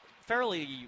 fairly